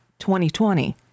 2020